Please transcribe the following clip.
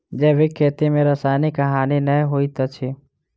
जैविक खेती में रासायनिक हानि नै होइत अछि